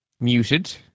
Muted